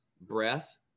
breath